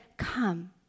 Come